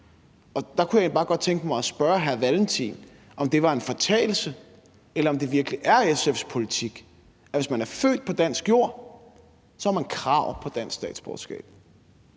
Der kunne jeg egentlig bare godt tænke mig at spørge hr. Carl Valentin, om det var en fortalelse, eller om det virkelig er SF's politik, at man, hvis man er født på dansk jord, så har krav på dansk statsborgerskab.